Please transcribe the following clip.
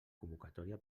convocatòria